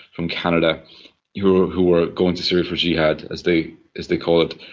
from canada who who are going to syria for jihad, as they as they call it.